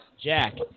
Jack